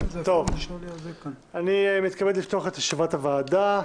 אני מתכבד לפתוח את ישיבת הוועדה.